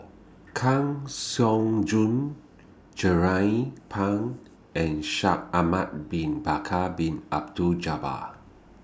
Kang Siong Joo Jernnine Pang and Shaikh Ahmad Bin Bakar Bin Abdullah Jabbar